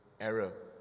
error